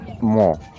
more